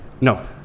no